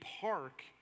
park